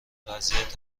وضعیت